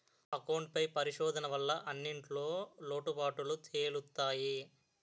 account పై పరిశోధన వల్ల అన్నింటిన్లో లోటుపాటులు తెలుత్తయి